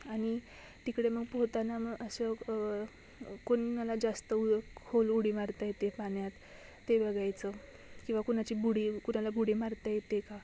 आनि तिकडे मग पोहताना मग असं कोनाला जास्त उ खोल उडी मारता येते पान्यात ते बघायचं किंवा कोनाची बुडी कोनाला बुडी मारता येते का